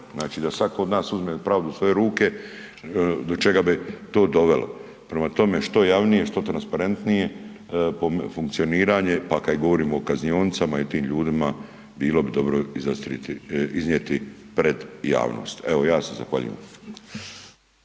Znači da svako od nas uzme pravdu u svoje ruke do čega bi to dovelo. Prema tome, što javnije, što transparentnije funkcioniranje pa kada govorimo i o kaznionicama i tim ljudima bilo bi dobro iznijeti pred javnost. Evo ja se zahvaljujem.